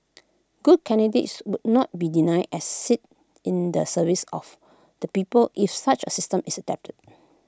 good candidates would not be denied as seat in the service of the people if such A system is adapted